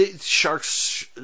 sharks